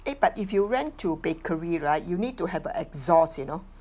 eh but if you rent to bakery right you need to have a exhaust you know